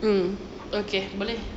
mm okay boleh